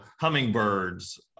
hummingbirds